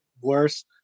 worse